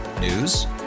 News